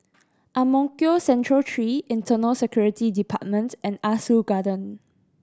Ang Mo Kio Central Three Internal Security Department and Ah Soo Garden